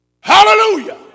Hallelujah